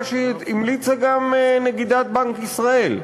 מה שהמליצה גם נגידת בנק ישראל,